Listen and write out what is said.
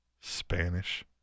Spanish